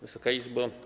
Wysoka Izbo!